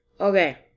Okay